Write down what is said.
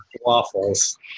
waffles